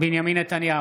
בנימין נתניהו,